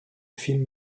film